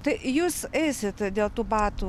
tai jūs eisit dėl tų batų